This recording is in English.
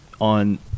on